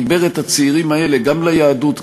חיבר את הצעירים האלה גם ליהדות,